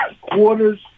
Quarters